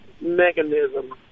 mechanism